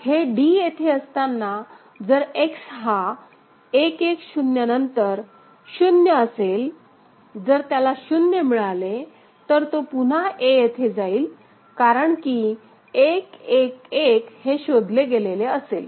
हे d येथे असताना जर X हा 1 1 0 नंतर शून्य असेल जर त्याला 0 मिळाले तर तो पुन्हा a येथे जाईल कारण की 1 1 1 हे शोधले गेलेले असेल